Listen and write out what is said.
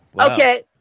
Okay